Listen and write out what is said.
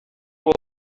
will